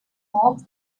more